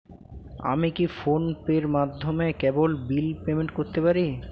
আমি কি ফোন পের মাধ্যমে কেবল বিল পেমেন্ট করতে পারি?